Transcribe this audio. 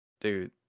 dude